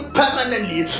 permanently